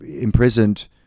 imprisoned